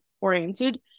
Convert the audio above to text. oriented